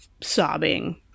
sobbing